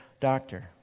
doctor